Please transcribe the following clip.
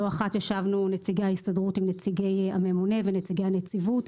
לא אחת ישבנו - נציגי ההסתדרות - עם נציגי הממונה ונציגי הנציבות,